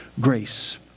grace